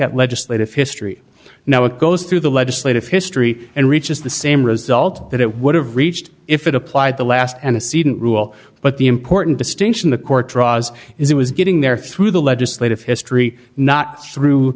at legislative history now it goes through the legislative history and reaches the same result that it would have reached if it applied the last aniseed in rule but the important distinction the courtroom was is it was getting there through the legislative history not through